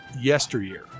yesteryear